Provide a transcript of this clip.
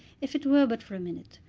if it were but for a minute,